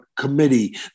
committee